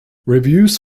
reviews